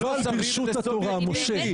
זה נבל ברשות התורה, משה.